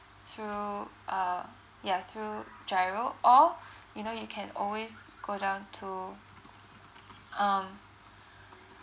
through uh yeah through giro or you know you can always go down to um